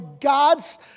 God's